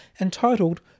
entitled